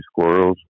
squirrels